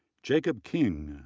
jacob king,